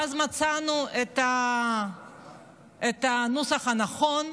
ואז מצאנו את הנוסח הנכון,